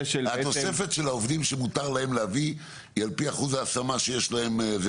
התוספת של העובדים שמותר להם להביא היא על פי אחוז ההשמה שיש להם.